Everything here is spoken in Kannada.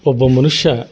ಒಬ್ಬ ಮನುಷ್ಯ